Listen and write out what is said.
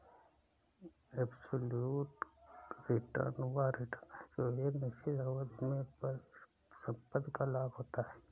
absolute return वह return है जो एक निश्चित अवधि में परिसंपत्ति का लाभ होता है